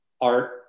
art